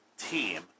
team